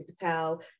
Patel